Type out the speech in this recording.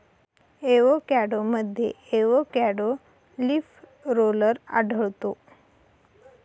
एवोकॅडोमध्ये avocado leaf roller आढळतो